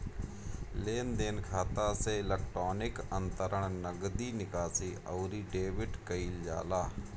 लेनदेन खाता से इलेक्ट्रोनिक अंतरण, नगदी निकासी, अउरी डेबिट कईल जाला